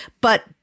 But-